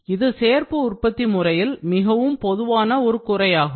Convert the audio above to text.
இது சேர்ப்பு உற்பத்தி முறையில் மிகவும் பொதுவான ஒரு குறையாகும்